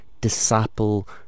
Disciple